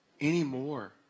anymore